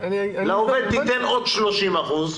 לעובד תיתן עוד 30%,